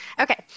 Okay